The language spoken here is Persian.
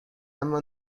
اما